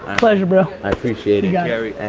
pleasure, bro. i appreciate it, gary.